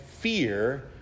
fear